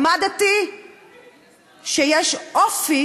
למדתי שיש אופי